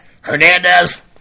Hernandez